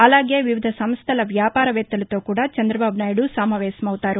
అలాగే వివిధ సంస్టల వ్యాపారవేత్తలతో కూడా చంద్రబాబునాయుడు సమావేశం అవుతారు